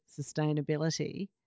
sustainability